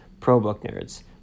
probooknerds